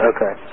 Okay